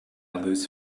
loose